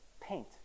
paint